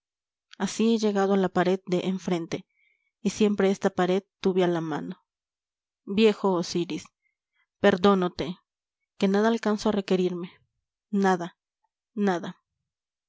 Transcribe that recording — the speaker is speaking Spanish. llegado a la pared de enfrente y siempre esta pared tuve a la mano viejo osiris perdonóte que nada alcanzó a requerirme nada nada